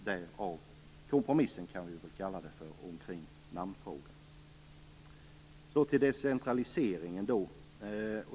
Därav kompromissen, som vi väl kan kalla det, kring namnfrågan. Så till decentraliseringen.